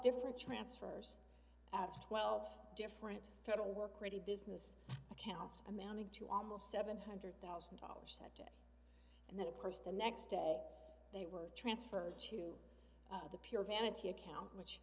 different transfers out of twelve different federal work ready business accounts amounting to almost seven hundred thousand dollars and then of course the next day d they were transferred to the pure vanity account which